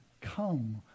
come